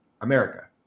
America